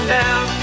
down